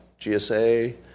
GSA